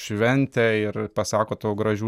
šventę ir pasako tau gražių